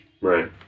Right